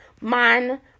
man